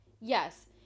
Yes